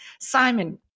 Simon